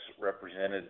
represented